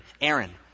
Aaron